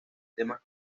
temas